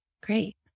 Great